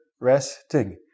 resting